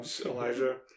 Elijah